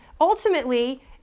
ultimately